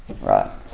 right